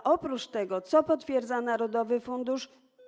A oprócz tego, co potwierdza narodowy fundusz?